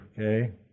okay